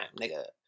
nigga